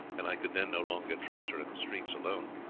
and i could then no longer trust her in the streets alone.